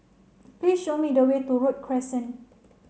please show me the way to Road Crescent